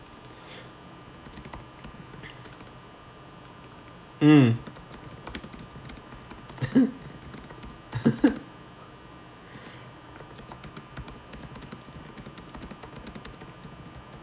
mm